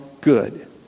good